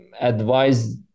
advise